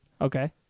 Okay